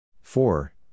four